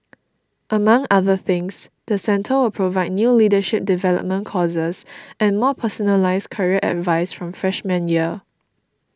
among other things the centre will provide new leadership development courses and more personalised career advice from freshman year